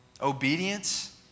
Obedience